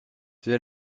did